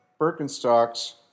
Birkenstocks